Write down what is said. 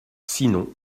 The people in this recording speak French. sinon